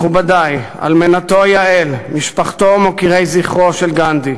מכובדי, אלמנתו יעל, משפחתו ומוקירי זכרו של גנדי,